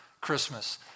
Christmas